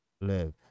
live